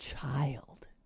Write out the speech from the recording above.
child